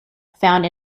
found